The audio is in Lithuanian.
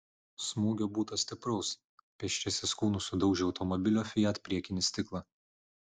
smūgio būta stipraus pėsčiasis kūnu sudaužė automobilio fiat priekinį stiklą